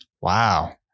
Wow